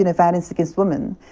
and violence against women,